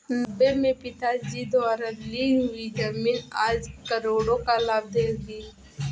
नब्बे में पिताजी द्वारा ली हुई जमीन आज करोड़ों का लाभ देगी